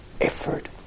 effort